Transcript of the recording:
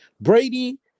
Brady